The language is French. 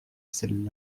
celles